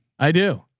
i do.